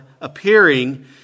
appearing